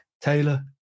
Taylor